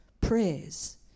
prayers